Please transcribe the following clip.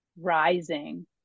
rising